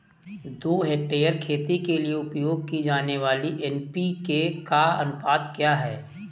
दो हेक्टेयर खेती के लिए उपयोग की जाने वाली एन.पी.के का अनुपात क्या है?